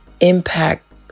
impact